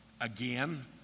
Again